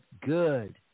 good